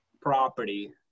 property